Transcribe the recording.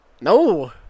no